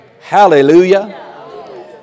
Hallelujah